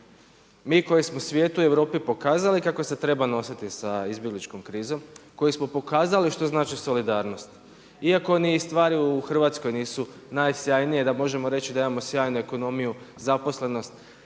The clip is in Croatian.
Mi koji smo svijetu i Europi pokazali kako se treba nositi sa izbjegličkom krizom, koji smo pokazali što znači solidarnost iako ni stvari Hrvatskoj nisu najsjajnije da možemo reći da imamo sjajnu ekonomiju, zaposlenost,